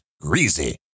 greasy